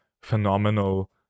phenomenal